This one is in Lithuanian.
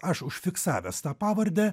aš užfiksavęs tą pavardę